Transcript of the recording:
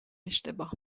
اشتباه